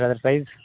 sir size